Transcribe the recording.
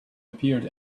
appeared